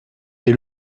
des